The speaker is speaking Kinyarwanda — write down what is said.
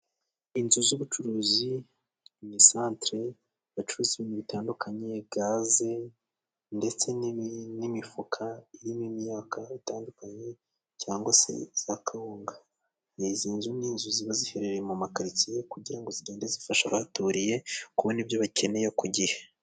Inzu z'ubucuruzi ni santere bacuruza ibintu bitandukanye gaze ndetse n'imifuka irimo imyaka itandukanye cyangwa se za kawunga ni izi nzu n'inzu ziba ziherereye mu karitsiye kugira ngo zigende zifasha abahaturiye kubona ibyo bakeneye ku gihe.